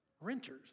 renters